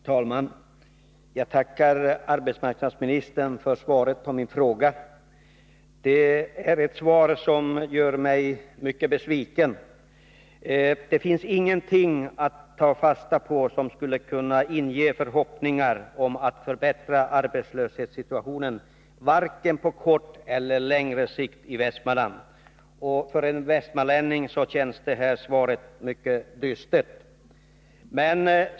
Herr talman! Jag tackar arbetsmarknadsministern för svaret på min fråga. Svaret gör mig mycket besviken. Där finns ingenting att ta fasta på som skulle kunna inge förhoppningar om att arbetslöshetssituationen i Västmanland kan förbättras, vare sig på kort eller på längre sikt. För en västmanlänning känns detta mycket dystert.